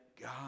God